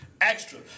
Extra